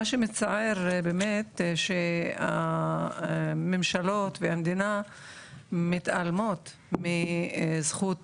מה שמצער באמת שהממשלות והמדינה מתעלמות מזכות